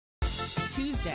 Tuesday